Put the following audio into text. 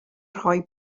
roi